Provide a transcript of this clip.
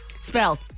Spell